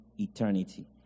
eternity